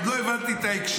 עוד לא הבנתי את ההקשר,